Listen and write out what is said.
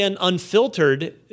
unfiltered